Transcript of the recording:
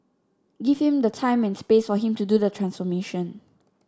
give him the time and space for him to do the transformation